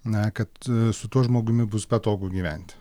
na kad su tuo žmogumi bus patogu gyvent